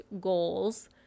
goals